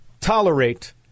tolerate